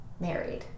married